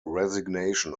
resignation